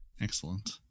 Excellent